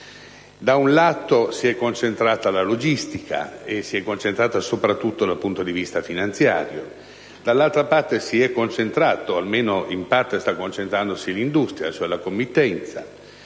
Da un lato, si è concentrata la logistica, soprattutto dal punto di vista finanziario, dall'altro si è concentrata, o almeno in parte sta concentrandosi, l'industria, cioè la committenza.